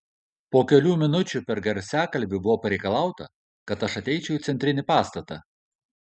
po kelių minučių per garsiakalbį buvo pareikalauta kad aš ateičiau į centrinį pastatą